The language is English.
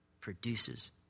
produces